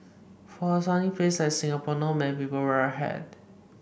for a sunny place like Singapore not many people wear a hat